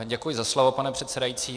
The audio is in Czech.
Děkuji za slovo, pane předsedající.